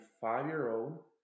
five-year-old